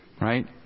right